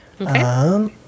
Okay